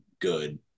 good